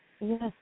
Yes